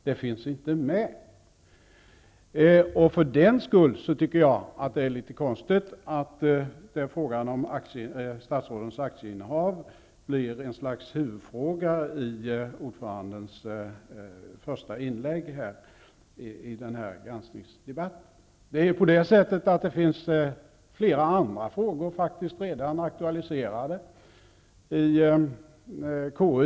Den finns inte med. För den sakens skull är det litet konstigt att frågan om statsrådens aktieinnehav blir ett slags huvudfråga i ordförandens första inlägg i den här granskningsdebatten. Det finns flera andra frågor aktualiserade i KU.